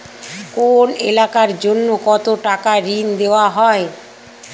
কোন এলাকার জন্য কত টাকা ঋণ দেয়া হয়?